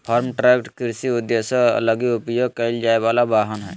farm truck कृषि उद्देश्यों लगी उपयोग कईल जाय वला वाहन हइ